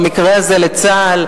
במקרה הזה לצה"ל,